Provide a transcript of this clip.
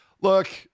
look